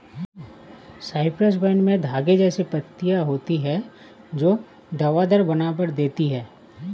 Cyprus vine में धागे जैसी पत्तियां होती हैं जो हवादार बनावट देती हैं